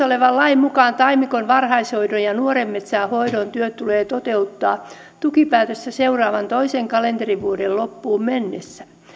olevan lain mukaan taimikon varhaishoidon ja ja nuoren metsän hoidon työ tulee toteuttaa tukipäätöstä seuraavan toisen kalenterivuoden loppuun mennessä